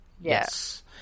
Yes